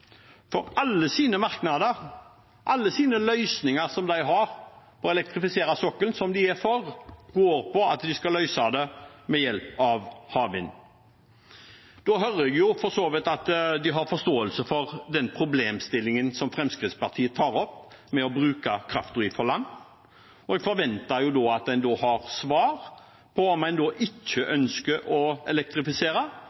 alle deres merknader og deres løsninger når det gjelder å elektrifisere sokkelen, som de er for, skal de løse det ved hjelp av havvind. Da hører jeg for så vidt at de har forståelse for den problemstillingen som Fremskrittspartiet tar opp, med å bruke kraften fra land. Jeg forventer da at en har svar på om en ikke ønsker å elektrifisere, om det viser seg at havvind ikke